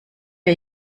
wir